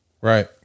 Right